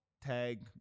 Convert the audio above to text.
tag